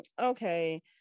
okay